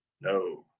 no